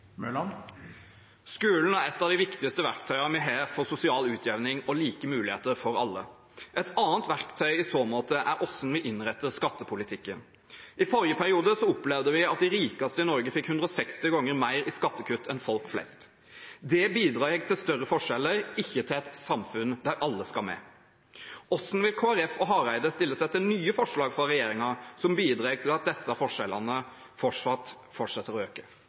dei. Skolen er et av de viktigste verktøyene vi har for sosial utjevning og like muligheter for alle. Et annet verktøy i så måte er hvordan vi innretter skattepolitikken. I forrige periode opplevde vi at de rikeste i Norge fikk 160 ganger mer i skattekutt enn folk flest. Det bidrar til større forskjeller, ikke til et samfunn der alle skal med. Hvordan vil Kristelig Folkeparti og representanten Hareide stille seg til nye forslag fra regjeringen som bidrar til at disse forskjellene får fortsette å øke?